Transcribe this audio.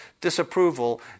disapproval